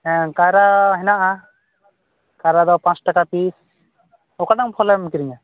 ᱦᱮᱸ ᱠᱟᱭᱨᱟ ᱦᱮᱱᱟᱜᱼᱟ ᱠᱟᱭᱨᱟ ᱫᱚ ᱯᱟᱸᱪ ᱴᱟᱠᱟ ᱯᱤᱥ ᱚᱠᱟᱴᱟᱜ ᱯᱷᱚᱞᱮᱢ ᱠᱤᱨᱤᱧᱟ